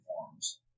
forms